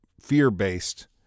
fear-based